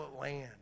land